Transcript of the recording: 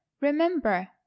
remember